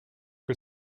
que